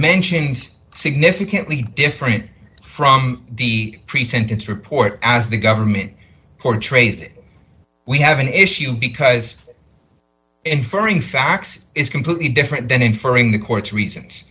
mentioned significantly different from the pre sentence report as the government portrays it we have an issue because inferring facts is completely different than inferring the court's reasons